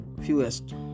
fewest